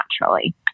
naturally